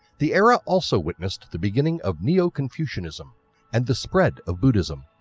the era also witnessed the beginning of neo-confucianism and the spread of buddhism.